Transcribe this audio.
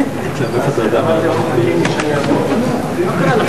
למה לא,